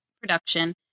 production